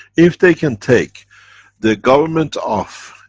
if they can take the government of.